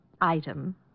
item